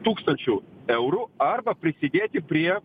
tūkstančių eurų arba prisidėti prie